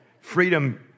Freedom